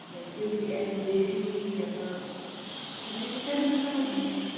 like अलिकति एमल बेसी या त तपाईँले त्यो सानो सानो